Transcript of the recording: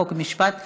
חוק ומשפט נתקבלה.